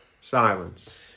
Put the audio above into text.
Silence